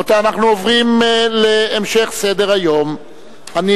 בעד, 37, אין מתנגדים ואין נמנעים.